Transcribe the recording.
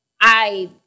I-